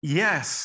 yes